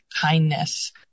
kindness